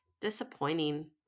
disappointing